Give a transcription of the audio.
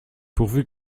pourvu